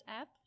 app